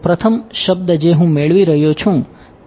તો પ્રથમ શબ્દ જે હું મેળવી રહ્યો છું તે